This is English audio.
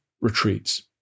retreats